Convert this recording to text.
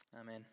Amen